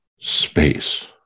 space